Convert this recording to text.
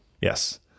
Yes